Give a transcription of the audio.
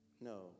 No